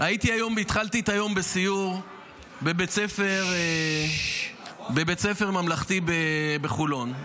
התחלתי את היום בסיור בבית ספר ממלכתי בחולון,